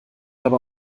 aber